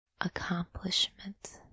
accomplishment